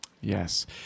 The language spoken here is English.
Yes